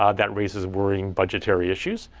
ah that raises worrying budgetary issues,